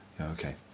okay